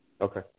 Okay